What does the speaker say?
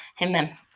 Amen